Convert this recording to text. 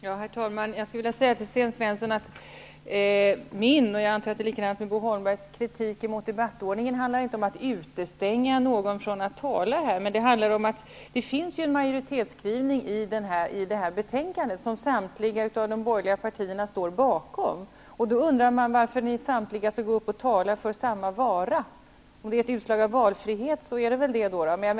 Herr talman! Jag skulle vilja säga till Sten Svensson att min -- och jag antar Bo Holmbergs -- kritik mot debattordningen inte handlar om att utestänga någon från att tala. Men det finns ju en majoritetsskrivning i betänkandet, som samtliga av de borgerliga partierna står bakom, och då undrar jag varför samtliga skall gå upp och tala för samma vara -- det kanske är ett utslag av valfrihet.